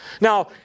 Now